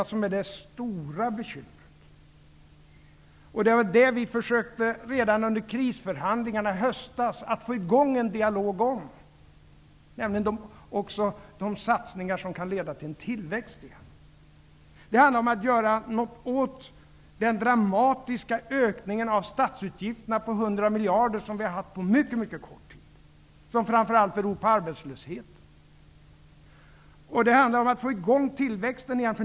Detta är det stora bekymret, och detta försökte vi redan under krisförhandlingarna i höstas få i gång en dialog om, nämligen om de satsningar som kan leda till tillväxt. Det handlar om att göra något åt den dramatiska ökningen av statsutgifterna på 100 miljarder som vi fått på mycket kort tid och som framför allt beror på arbetslösheten. Det handlar om att få i gång tillväxten igen.